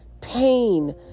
pain